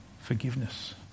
forgiveness